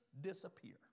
disappear